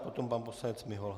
Potom pan poslanec Mihola.